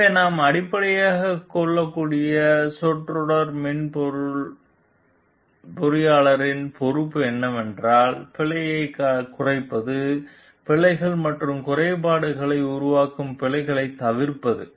எனவே நாம் அடிப்படையாகக் கொள்ளக்கூடியது சொற்றொடர் மென்பொருள் பொறியாளரின் பொறுப்பு என்னவென்றால் பிழையைக் குறைப்பது பிழைகள் மற்றும் குறைபாடுகளை உருவாக்கும் பிழைகளைத் தவிர்ப்பது